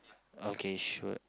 okay sure